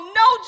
no